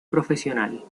profesional